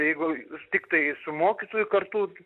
jeigu tiktai su mokytoju kartu